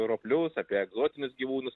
roplius apie egzotinius gyvūnus